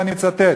ואני מצטט: